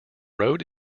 road